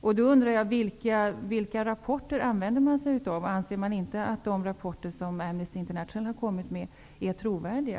Jag undrar vilka rapporter man stödjer sig på. Anser man inte att de rapporter som Amnesty International har kommit med är trovärdiga?